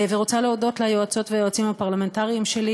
ורוצה להודות ליועצות וליועצים הפרלמנטריים שלי,